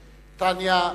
טניה,